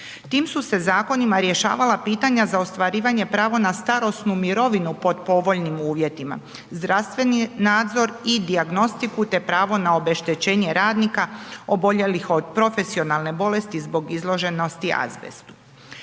Tim su se zakonima rješavala pitanja za ostvarivanja prava na starosnu mirovinu pod povoljnim uvjetima, zdravstveni nadzor i dijagnostiku te pravo na obeštećenje radnika oboljelih od profesionalne bolesti zbog izloženosti azbestu.